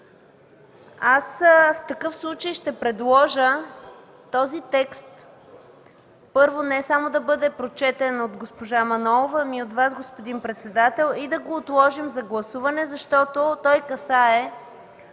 В такъв случай ще предложа този текст, първо, не само да бъде прочетен от госпожа Манолова, но и от Вас, господин председател, и да го отложим за гласуване, защото той касае